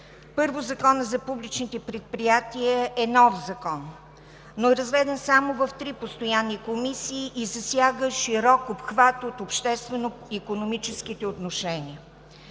първо, Законът за публичните предприятия е нов. Разгледан е само в три постоянни комисии и засяга широк обхват от обществено икономическите отношения.